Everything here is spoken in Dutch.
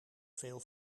veel